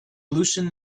loosened